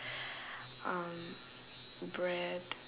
um bread